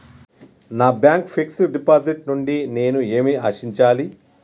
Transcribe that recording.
నా bank fixed deposit నుండి నేను ఏమి ఆశించాలి?